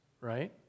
right